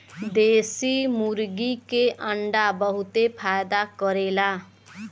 देशी मुर्गी के अंडा बहुते फायदा करेला